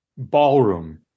Ballroom